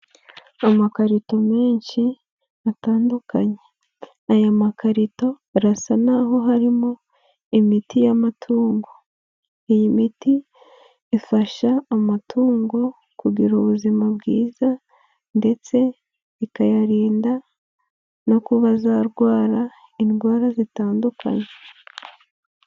Amakarito menshi atandukanye, aya makarito arasa n'aho harimo imiti y'amatungo, iyi miti ifasha amatungo kugira ubuzima bwiza ndetse ikayarinda no kuba zarwara indwara zitandukanye.